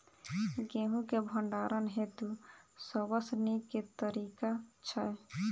गेंहूँ केँ भण्डारण हेतु सबसँ नीक केँ तरीका छै?